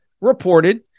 reported